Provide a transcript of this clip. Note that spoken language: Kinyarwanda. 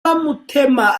bamutema